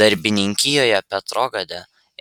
darbininkijoje petrograde